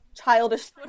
childish